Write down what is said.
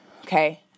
okay